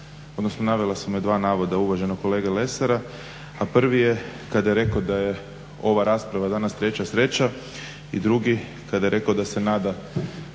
odnosno navela su me dva navoda uvaženog kolega Lesara, a prvi je kada je rekao da je ova rasprava danas treća sreća i drugi kada je rekao da se nada